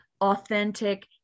authentic